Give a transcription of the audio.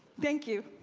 thank you.